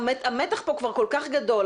המתח כאן כל כך גדול,